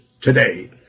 today